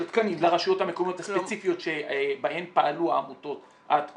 של התקנים לרשויות המקומיות הספציפיות שבהן פעלו העמותות עד כה,